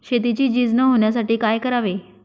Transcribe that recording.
शेतीची झीज न होण्यासाठी काय करावे?